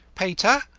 peter,